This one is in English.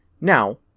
Now